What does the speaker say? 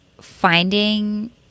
finding